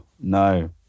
no